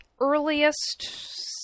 earliest